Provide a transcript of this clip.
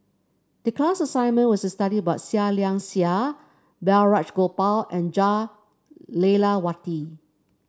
the class assignment was to study about Seah Liang Seah Balraj Gopal and Jah Lelawati